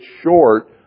short